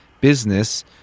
business